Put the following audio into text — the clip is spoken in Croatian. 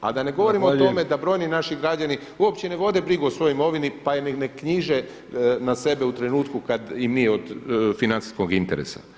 A da ne govorim o tome da brojni naši građani uopće ne vode brigu o svojoj imovini pa je i ne knjiže na sebe u trenutku kada im nije od financijskog interesa.